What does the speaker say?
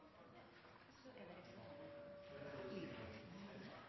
er det